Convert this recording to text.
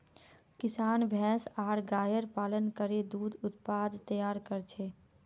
किसान भैंस आर गायर पालन करे दूध उत्पाद तैयार कर छेक